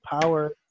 power